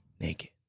naked